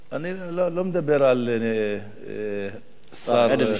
אני לא מדבר על שר תורן, השר אדלשטיין.